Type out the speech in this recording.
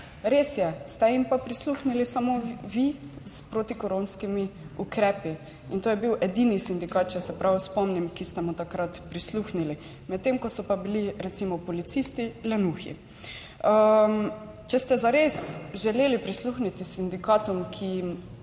Res je. Ste jim pa prisluhnili samo vi s protikoronskimi ukrepi. In to je bil edini sindikat, če se prav spomnim, ki ste mu takrat prisluhnili, medtem ko so pa bili recimo policisti lenuhi. Če ste zares želeli prisluhniti sindikatom, ki jim